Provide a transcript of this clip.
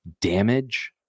damage